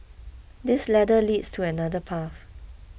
this ladder leads to another path